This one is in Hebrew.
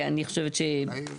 אני חושבת שאי אפשר,